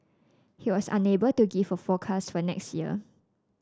he was unable to give a forecast for next year